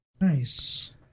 Nice